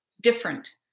different